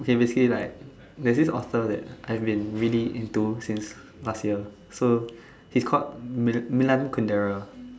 okay obviously like there's this author I've been really into since last year so he's called Milan-Kundera